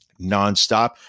nonstop